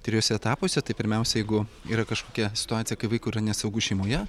trijuose etapuose tai pirmiausia jeigu yra kažkokia situacija kai vaikui yra nesaugu šeimoje